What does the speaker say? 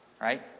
right